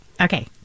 Okay